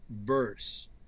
verse